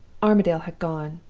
armadale had gone.